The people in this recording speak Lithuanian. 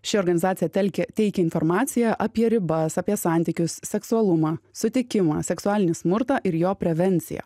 ši organizacija telkia teikia informaciją apie ribas apie santykius seksualumą sutikimą seksualinį smurtą ir jo prevenciją